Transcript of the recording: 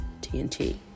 TNT